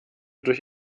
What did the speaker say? durch